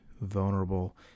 vulnerable